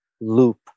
loop